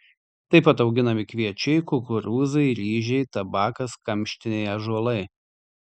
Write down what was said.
tai pat auginami kviečiai kukurūzai ryžiai tabakas kamštiniai ąžuolai